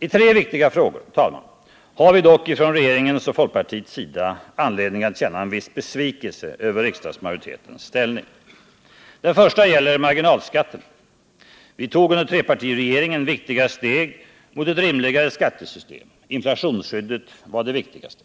I tre viktiga frågor, herr talman, har vi dock från regeringen och folkpartiet anledning att känna en viss besvikelse över riksdagsmajoritetens ställning. Den första frågan gäller marginalskatterna. Vi tog under trepartiregeringen viktiga steg mot ett rimligare skattesystem. Inflationsskyddet var det viktigaste.